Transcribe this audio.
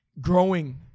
growing